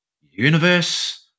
universe